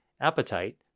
appetite